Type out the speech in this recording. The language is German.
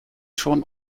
schon